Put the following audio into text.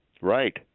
Right